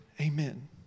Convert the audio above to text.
Amen